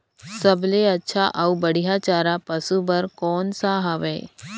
सबले अच्छा अउ बढ़िया चारा पशु बर कोन सा हवय?